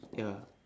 ya